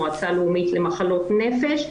מועצה לאומית למחלות נפש,